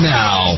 now